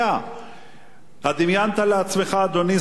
אתה דמיינת לעצמך, אדוני שר האוצר,